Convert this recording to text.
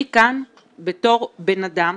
אני כאן בתור בנאדם